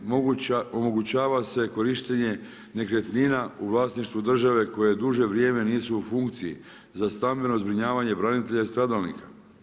Omogućava se korištenje nekretnina u vlasništvu države koja duže vrijeme nisu u funkciji za stambeno zbrinjavanje branitelja i stradalnika.